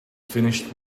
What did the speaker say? finished